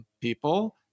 people